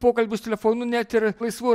pokalbius telefonu net ir laisvų